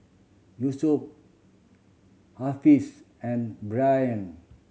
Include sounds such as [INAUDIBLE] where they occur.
Yusuf [UNINTELLIGIBLE] and Ryan